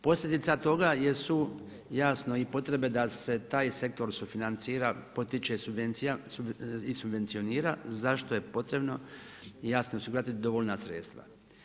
Posljedica toga jesu jasno i potrebe da se taj sektor sufinancira, potiče i subvencionira za što je potrebno jasno osigurati dovoljna sredstva.